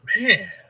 Man